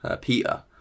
Peter